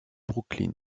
brooklyn